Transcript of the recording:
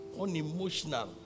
unemotional